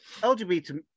LGBT